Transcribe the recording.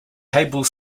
cable